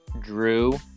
Drew